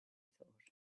thought